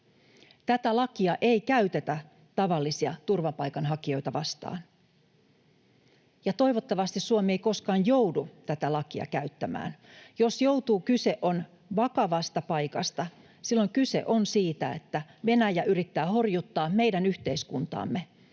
Tätä lakia ei käytetä tavallisia turvapaikanhakijoita vastaan, ja toivottavasti Suomi ei koskaan joudu tätä lakia käyttämään. Jos joutuu, kyse on vakavasta paikasta. Silloin kyse on siitä, että Venäjä yrittää horjuttaa meidän yhteiskuntaamme,